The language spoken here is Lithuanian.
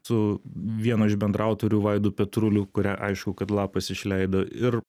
su vienu iš bendraautoriu vaidu petruliu kurią aišku kad lapas išleido ir